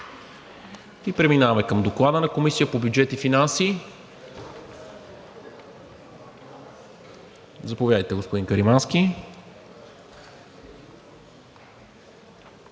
Преминаваме към Доклада на Комисията по бюджет и финанси. Заповядайте, господин Каримански.